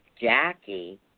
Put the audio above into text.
Jackie